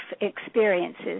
experiences